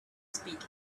speak